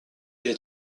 est